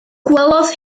gwelodd